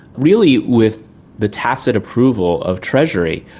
really with the tacit approval of treasury,